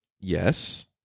Yes